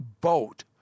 boat